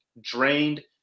drained